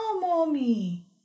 mommy